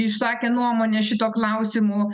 išsakę nuomonę šituo klausimu